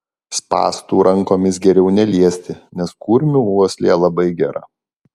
spąstų rankomis geriau neliesti nes kurmių uoslė labai gera